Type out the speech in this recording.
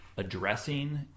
Addressing